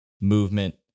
movement